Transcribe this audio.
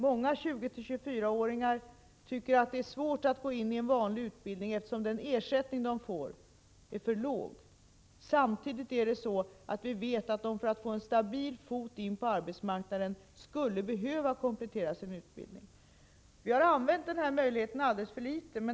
Många 20-24-åringar tycker att det är svårt att gå in i en vanlig utbildning eftersom den ersättning de får är för låg. Samtidigt vet vi att de för att få fast fot på arbetsmarknaden skulle behöva komplettera sin utbildning. Vi har använt möjligheten att kombinera utbildning och beredskapsarbete alldeles för litet.